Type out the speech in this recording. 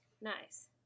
Nice